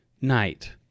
night